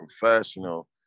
professional